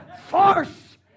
force